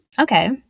Okay